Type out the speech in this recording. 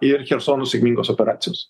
ir chersono sėkmingos operacijos